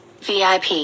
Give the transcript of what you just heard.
VIP